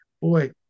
Boy